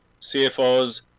CFOs